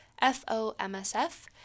F-O-M-S-F